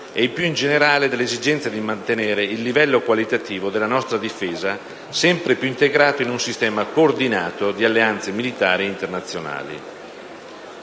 e più in generale dall'esigenza di mantenere il livello qualitativo della nostra difesa, sempre più integrato in un sistema coordinato di alleanze militari internazionali.